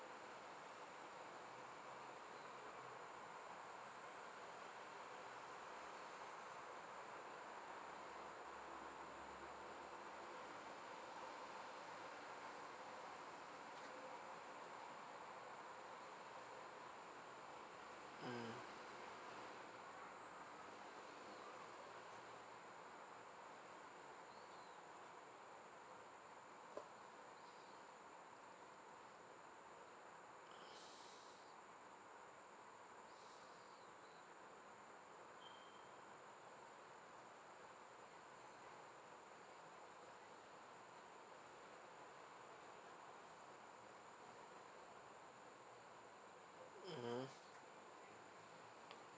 mm mmhmm